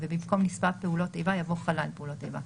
ובמקום "נספה פעולות איבה" יבוא "חלל פעולות איבה".